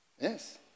Yes